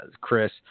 Chris